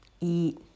eat